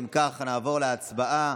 אם כך, נעבור להצבעה.